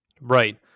Right